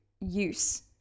use